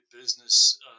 business